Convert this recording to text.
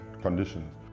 conditions